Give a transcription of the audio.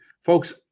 Folks